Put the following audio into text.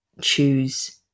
choose